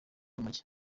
urumogi